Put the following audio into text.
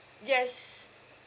yes